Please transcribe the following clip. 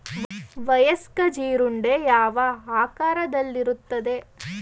ವಯಸ್ಕ ಜೀರುಂಡೆ ಯಾವ ಆಕಾರದಲ್ಲಿರುತ್ತದೆ?